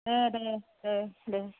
दे दे दे दे